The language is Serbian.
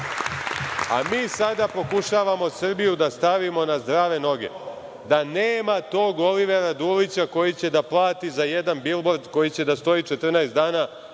a mi sada pokušavamo Srbiju da stavimo na zdrave noge, da nema tog Olivera Dulića koji će da plati za jedan bilbord koji će da stoji 14 dana